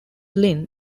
lynn